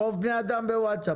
רוב בני האדם בוואטסאפ,